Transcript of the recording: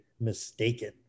mistaken